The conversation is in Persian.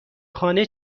خانه